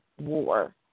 War